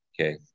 okay